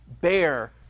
bear